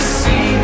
see